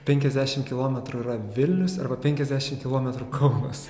penkiasdešim kilometrų yra vilnius arba penkiasdešim kilometrų kaunas